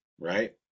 right